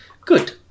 Good